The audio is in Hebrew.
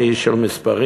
אני איש של מספרים,